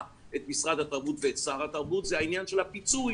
את משרד התרבות ואת שר התרבות זה העניין של הפיצוי.